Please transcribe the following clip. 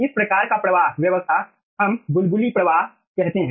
इस प्रकार का प्रवाह व्यवस्था हम बुलबुली प्रवाह कहते हैं